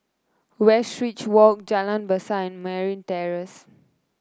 Westridge Walk Jalan Besar and Merryn Terrace